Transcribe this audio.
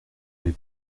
avez